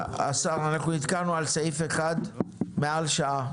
השר, אנחנו נתקענו על סעיף אחד מעל שעה.